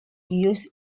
use